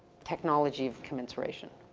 technology of commensuration,